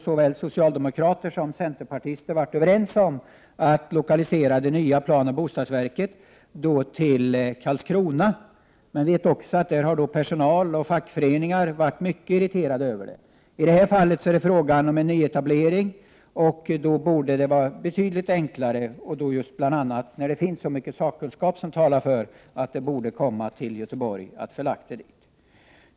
Såväl socialdemokrater som centerpartister har varit överens om att lokalisera det nya planoch bostadsverket till Karlskrona — och vi vet att personal och fackföreningar har varit mycket irriterade. Men i det här fallet är det fråga om en nyetablering, och då borde det vara betydligt enklare, särskilt som så mycken sakkunskap talar för att institutet bör förläggas till Göteborg.